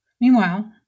Meanwhile